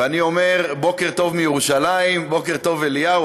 ואני אומר: בוקר טוב מירושלים, בוקר טוב אליהו.